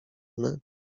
one